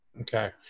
Okay